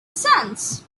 sons